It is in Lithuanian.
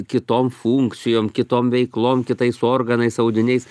kitom funkcijom kitom veiklom kitais organais audiniais